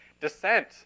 descent